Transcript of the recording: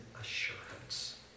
assurance